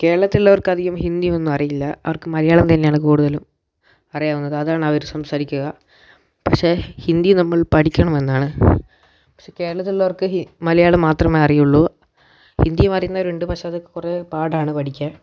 കേരളത്തിലുള്ളവർക്ക് അധികം ഹിന്ദിയൊന്നും അറിയില്ല അവർക്ക് മലയാളം തന്നെയാണ് കൂടുതലും അറിയാവുന്നത് അതാണ് അവർ സംസാരിക്കുക പക്ഷെ ഹിന്ദി നമ്മൾ പഠിക്കണമെന്നാണ് പക്ഷെ കേരളത്തിൽ ഉള്ളവർക്ക് മലയാളം മാത്രമേ അറിയൂള്ളൂ ഹിന്ദി മറിയുന്നവരുണ്ട് പക്ഷേ അത് കുറേ പാടാണ് പഠിക്കാൻ